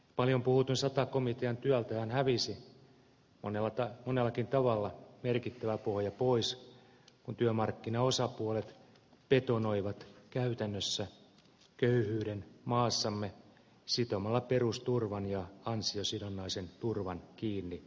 paljon puhutun sata komitean työltähän hävisi monellakin tavalla merkittävä pohja pois kun työmarkkinaosapuolet betonoivat käytännössä köyhyyden maassamme sitomalla perusturvan ja ansiosidonnaisen turvan kiinni toisiinsa